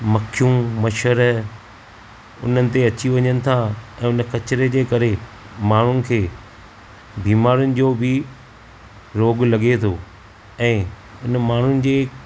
मखियूं मछर उननि ते अची वञनि था हुन कचरे जे करे माण्हूनि खे बिमारियूं जो बि रोॻु लॻे थो ऐं हुन माण्हूनि जे